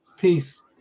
Peace